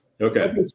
Okay